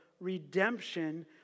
redemption